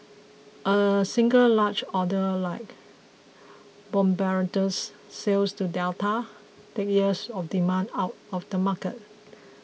a single large order like Bombardier's sale to Delta takes years of demand out of the market